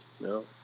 No